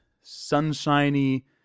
sunshiny